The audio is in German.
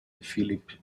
philipp